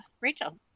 Rachel